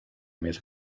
més